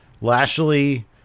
Lashley